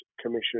Commission